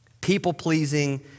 People-pleasing